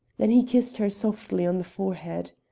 then he kissed her softly on the forehead.